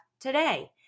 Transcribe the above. today